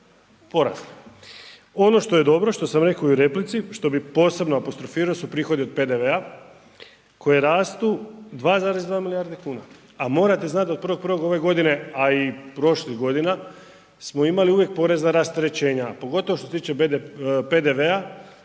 porasli. Ono što je dobro, što sam rekao i u replici, što bi posebno apostrofirao su prihodi od PDV-a koji rastu 2,2 milijardi kuna a morate znat da od 1.1. ove godine a i prošlih godina smo imali uvijek porezna rasterećenja a pogotovo što se tiče PDV-a